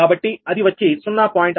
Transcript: కాబట్టి అది వచ్చి 0